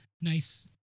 nice